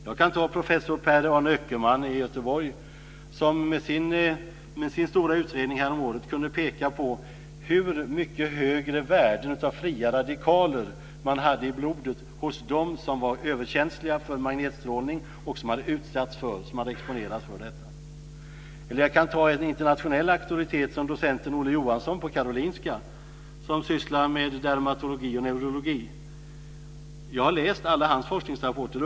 Jag kan som exempel ta professor Per-Arne Öckerman i Göteborg som med sin stora utredning häromåret kunde peka på hur mycket högre värden av fria radikaler det var i blodet hos dem som var överkänsliga för magnetstrålning och som hade utsatts, exponerats, för detta. Eller jag kan ta en internationell auktoritet, som docenten Olle Johansson på Karolinska, som sysslar med dermatologi och neurologi. Jag har läst alla hans forskningsrapporter.